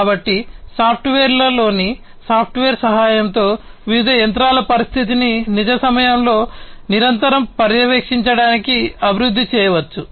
కాబట్టి సాఫ్ట్వేర్లోని సాఫ్ట్వేర్ సహాయంతో వివిధ యంత్రాల పరిస్థితిని నిజ సమయంలో నిరంతరం పర్యవేక్షించడానికి అభివృద్ధి చేయవచ్చు